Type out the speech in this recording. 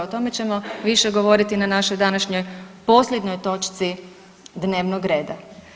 O tome ćemo više govoriti na našoj današnjoj posljednjoj točci dnevnog reda.